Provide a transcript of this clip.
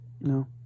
no